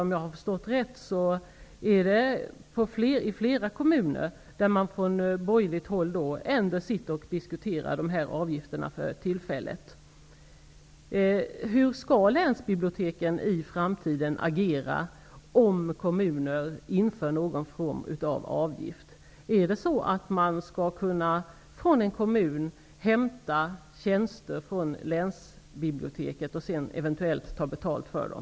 Om jag har förstått rätt sitter för tillfället borgerliga politiker i flera kommuner ändå och diskuterar de här avgifterna. Hur skall länsbiblioteken i framtiden agera om kommuner inför någon form av avgift? Skall det vara möjligt för en kommun att hämta tjänster från länsbiblioteket och sedan eventuellt ta betalt för dem?